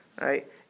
Right